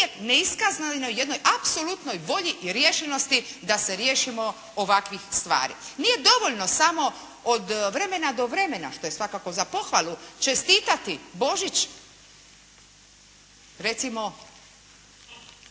uvijek neiskazanoj jednoj apsolutnoj volji i riješenosti da se riješimo ovakvih stvari. Nije dovoljno samo od vremena do vremena, što je svakako za pohvalu čestitati Božić, recimo